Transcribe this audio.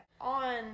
On